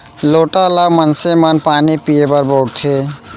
लोटा ल मनसे मन पानी पीए बर बउरथे